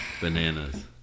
Bananas